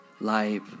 life